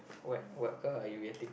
what what car are you getting